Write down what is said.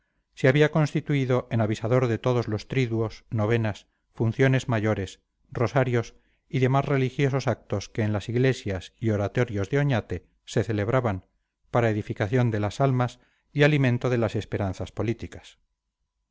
se había constituido en avisador de todos los triduos novenas funciones mayores rosarios y demás religiosos actos que en las iglesias y oratorios de oñate se celebraban para edificación de las almas y alimento de las esperanzas políticas